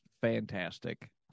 fantastic